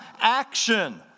action